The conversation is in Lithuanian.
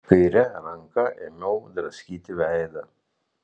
kaire ranka ėmiau draskyti veidą